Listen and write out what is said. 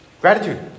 Gratitude